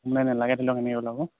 নাই নাই নালাগে একো মিহলাব